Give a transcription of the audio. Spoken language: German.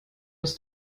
ist